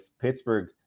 Pittsburgh